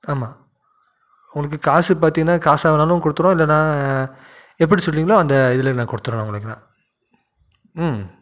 ஆமாம் உங்களுக்கு காசு பார்த்திங்கனா காசாக வேணாலும் கொடுத்துட்றோம் இல்லைனா எப்படி சொல்கிறிங்களோ அந்த இதில் நாங்கள் கொடுத்துட்றோம் உங்களுக்கு நான் ம்